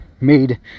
made